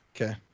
Okay